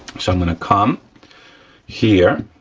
so i'm gonna come here,